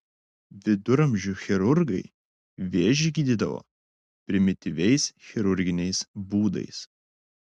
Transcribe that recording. viduramžių chirurgai vėžį gydydavo primityviais chirurginiais būdais